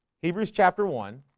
hebrews chapter one